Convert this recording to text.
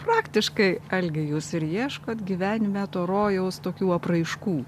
praktiškai algi jūs ir ieškot gyvenime to rojaus tokių apraiškų